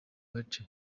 gace